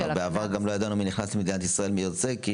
בעבר גם לא ידענו מי נכנס למדינת ישראל ויוצא ממנה,